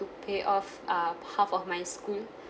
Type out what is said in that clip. to pay off uh half of my school